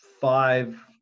five